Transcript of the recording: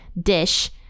dish